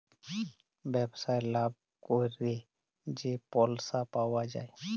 ব্যবসায় লাভ ক্যইরে যে পইসা পাউয়া যায়